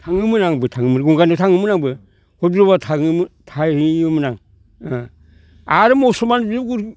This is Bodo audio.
थाङोमोन आंबो थाङोमोन गंगारनियाव थाङोमोन आंबो हदायबो थाङोमोन थाहैयोमोन आं आरो मुसलमानजों